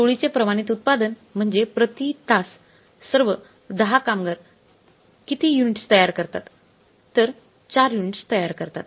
टोळीचे प्रमाणित उत्पादन म्हणजे प्रति तास सर्व 10 कामगार किती युनिट्स तयार करतात तर 4 युनिट्स तयार करतात